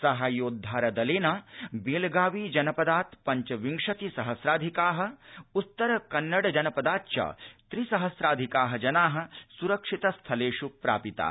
साहाय्योद्धार दलेन बेलगावी जनपदात् पञ्च विंशति सहस्राधिका उत्तर कन्नड जनपदाच्च त्रि सहस्राधिका जना स्रक्षित स्थलेष् प्रापिता